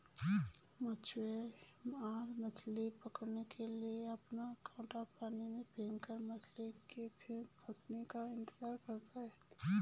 मछुआरे मछली पकड़ने के लिए अपना कांटा पानी में फेंककर मछली के फंसने का इंतजार करते है